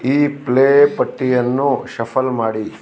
ಈ ಪ್ಲೇ ಪಟ್ಟಿಯನ್ನು ಷಫಲ್ ಮಾಡಿ